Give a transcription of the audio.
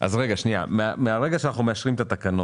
מרגע שאנחנו מאשרים את התקנות,